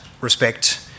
respect